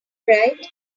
right